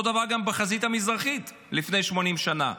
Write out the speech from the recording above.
אותו דבר גם בחזית המזרחית לפני 80 שנה.